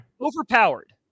Overpowered